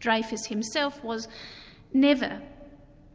dreyfus himself was never